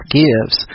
gives